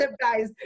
guys